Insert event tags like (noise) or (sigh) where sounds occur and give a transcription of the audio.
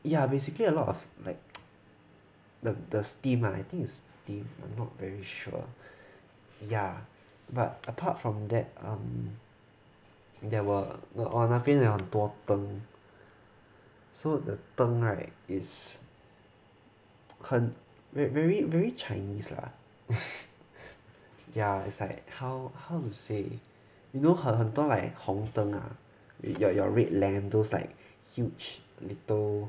ya basically a lot of like (noise) the the steam I think is steam I'm not very sure ya but apart from that um there were no 那边有很多灯 so the 灯 [right] is 很 very very chinese lah (laughs) ya it's like how how to say you know 很很多 like 红灯 ah your your red lamp those like huge little